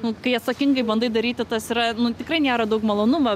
nu kai atsakingai bandai daryti tas yra nu tikrai nėra daug malonumo